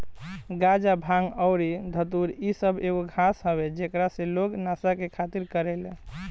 गाजा, भांग अउरी धतूर इ सब एगो घास हवे जेकरा से लोग नशा के खातिर करेले